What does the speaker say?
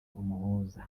umuhuza